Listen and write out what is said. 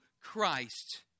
Christ